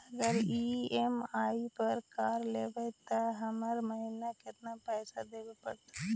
अगर ई.एम.आई पर कार लेबै त हर महिना केतना पैसा देबे पड़तै?